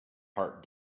heart